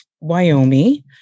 Wyoming